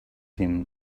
him